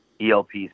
ELP's